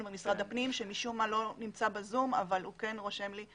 במשרד הפנים שמשום מה לא נמצא ב-זום אבל הוא כן רושם לי.